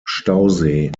stausee